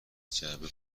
جعبه